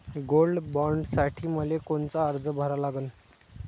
Gold बॉण्डसाठी मले कोनचा अर्ज भरा लागन?